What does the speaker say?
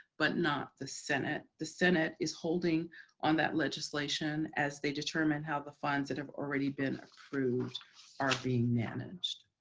but not the senate. the senate is holding on that legislation as they determine how the funds that have already been approved are being managed.